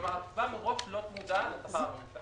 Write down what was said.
כלומר, הקצבה מראש לא צמודה לשכר הממוצע.